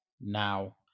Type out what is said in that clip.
now